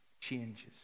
changes